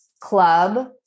club